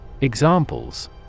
Examples